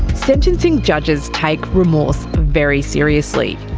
sentencing judges take remorse very seriously.